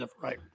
right